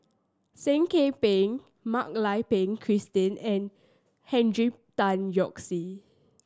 Seah Kian Peng Mak Lai Peng Christine and Tan Yoke See